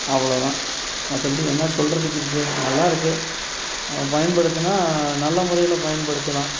அவ்வளோதான் மற்றபடி என்ன சொல்கிறதுக்கு இருக்குது நல்லாயிருக்கு பயன்படுத்துனால் நல்லமுறையில் பயன்படுத்தலாம்